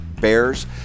bears